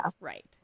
right